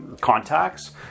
contacts